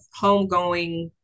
homegoing